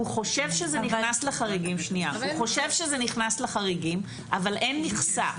הוא חושב שזה נכנס לחריגים אבל אין מכסה.